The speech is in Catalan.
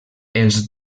els